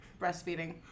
Breastfeeding